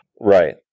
Right